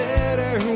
better